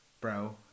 Bro